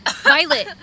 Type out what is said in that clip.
Violet